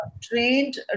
trained